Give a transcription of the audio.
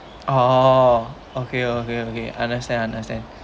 oh okay okay okay understand understand